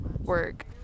work